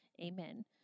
Amen